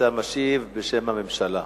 אתה משיב בשם הממשלה,